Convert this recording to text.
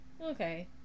Okay